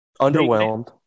underwhelmed